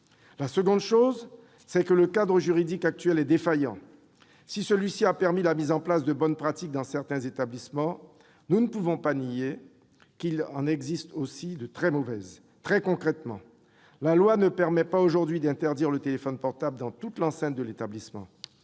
La seconde réalité, c'est que le cadre juridique actuel est défaillant. S'il a permis la mise en place de bonnes pratiques dans certains établissements, nous ne pouvons pas nier qu'il en existe aussi de très mauvaises. Très concrètement, la loi ne permet pas aujourd'hui d'interdire le téléphone portable dans l'ensemble de l'enceinte de l'établissement,